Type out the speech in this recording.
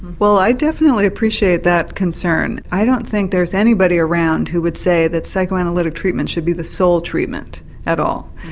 well i definitely appreciate that concern i don't think there is anybody around who would say that psychoanalytic treatment should be the sole treatment at all.